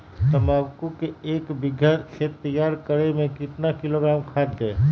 तम्बाकू के एक बीघा खेत तैयार करें मे कितना किलोग्राम खाद दे?